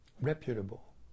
Reputable